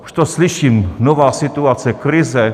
Už to slyším: nová situace, krize.